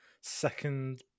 second